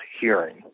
hearing